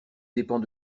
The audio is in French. dépend